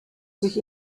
sich